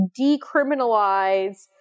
decriminalize